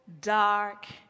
dark